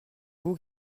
vous